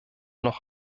noch